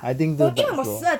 I think 是 back flow